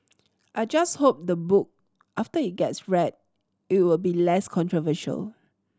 I just hope the book after it gets read it will be less controversial